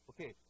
Okay